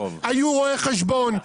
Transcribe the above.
היו רואי-חשבון,